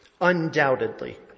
Undoubtedly